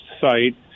site